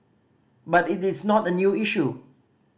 but it is not a new issue